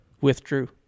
withdrew